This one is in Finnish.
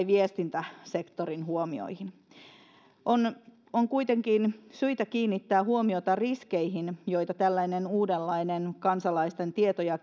viestintäsektorin huomioihin on on kuitenkin syytä kiinnittää huomiota riskeihin joita tällainen uudenlainen kansalaisten tietoja